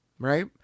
Right